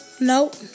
nope